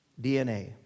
DNA